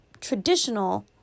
traditional